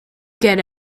get